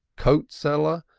coat-seller,